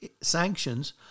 sanctions